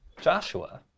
Joshua